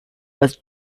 was